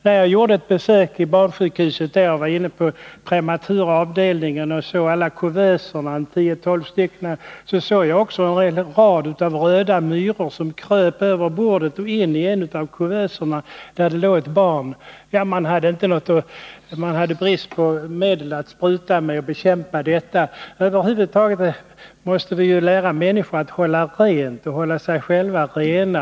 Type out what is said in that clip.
När jag gjorde ett besök på barnsjukhuset var jag inne på prematuravdelningen, där det fanns tio till tolv kuvöser. Jag såg då en rad röda myror som kröp över bordet och in i en av kuvöserna, där det låg ett barn. Man hade brist på medel att spruta med för att bekämpa dessa myror. Vi måste över huvud taget lära människorna att hålla rent och hålla sig själva rena.